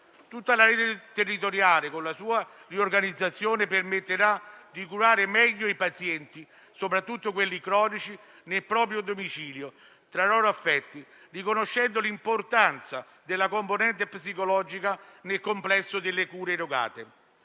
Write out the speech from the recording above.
Tutta la rete territoriale, con la sua riorganizzazione, permetterà di curare meglio i pazienti, soprattutto quelli cronici, nel proprio domicilio, tra i loro affetti, riconoscendo l'importanza della componente psicologica nel complesso delle cure erogate.